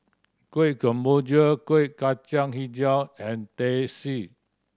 Kueh Kemboja Kuih Kacang Hijau and Teh C